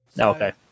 Okay